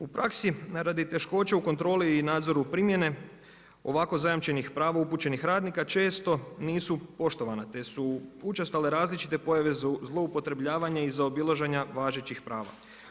U praksi radi teškoće u kontroli i nadzoru primjene, ovako zajamčenih prava upućenih radnika često nisu poštovana, te su učestale različite pojave zloupotrebljavanja i zaobilaženja važećih prava.